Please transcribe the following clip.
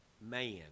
man